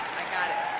i got it